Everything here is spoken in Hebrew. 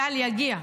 צה"ל יגיע,